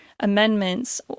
amendments